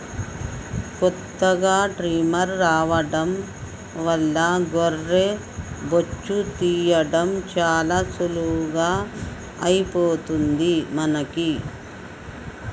కొత్తగా ట్రిమ్మర్ రావడం వల్ల గొర్రె బొచ్చు తీయడం చాలా సులువుగా అయిపోయింది మనకి